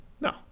No